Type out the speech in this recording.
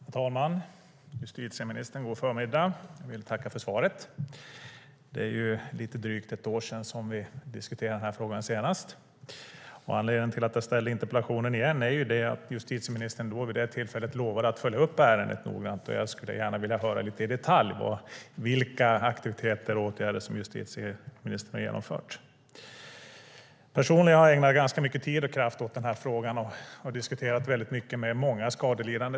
Herr talman! Justitieministern! God förmiddag! Jag vill tacka för svaret. Det är lite drygt ett år sedan vi diskuterade den här frågan senast. Anledningen till att jag ställde interpellationen igen var att justitieministern vid det tillfället lovade att följa upp ärendet noggrant, och jag skulle gärna vilja höra lite i detalj vilka aktiviteter och åtgärder som justitieministern har genomfört. Personligen har jag ägnat ganska mycket tid och kraft åt den här frågan, och jag har diskuterat mycket med många skadelidande.